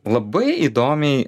labai įdomiai